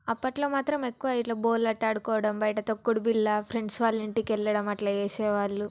అప్పట్లో మాత్రం ఎక్కువ ఇట్లా బోల్ ఆటలాడుకోవడం బయట తొక్కుడుబిళ్ళ ఫ్రెండ్స్ వాళ్ళ ఇంటికి వెళ్ళడం అట్లా చేసేవాళ్ళు